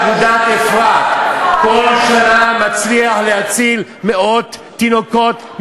זה שאגודת "אפרת" כל שנה מצליחה להציל מאות תינוקות,